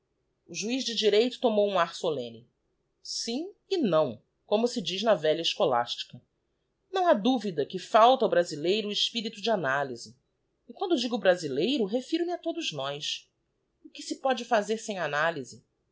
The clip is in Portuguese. o juiz de direito tomou um ar solemne sim e não como se diz na velha escolástica não ha duvida que falta ao brasileiro o espirito de analyse e quando digo brasileiro refiro-me a todos nós e que se pôde fazer sem analyse